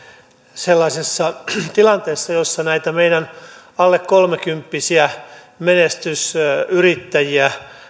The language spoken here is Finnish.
sellaisessa tilanteessa jossa meidän alle kolmekymppisiä menestysyrittäjiä